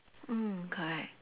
mm correct